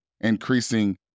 increasing